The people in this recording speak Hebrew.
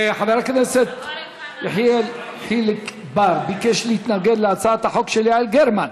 חבר הכנסת יחיאל חיליק בר ביקש להתנגד להצעת החוק של יעל גרמן.